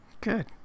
Good